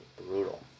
brutal